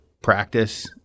practice